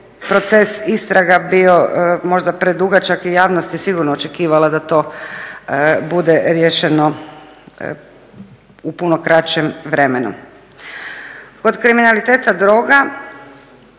proces istraga bio možda predugačak i javnost je sigurno očekivala da to bude riješeno u puno kraćem vremenu. Kod kriminaliteta droga